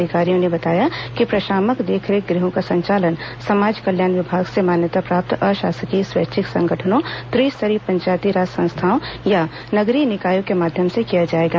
अधिकारियों ने बताया कि प्रशामक देखरेख गृहों का संचालन समाज कल्याण विभाग से मान्यता प्राप्त अशासकीय स्वैच्छिक संगठनों त्रिस्तरीय पंचायती राज संस्थाओं या नगरीय निकायों के माध्यम से किया जाएगा